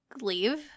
leave